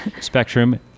spectrum